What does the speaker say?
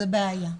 זו בעיה.